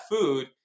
food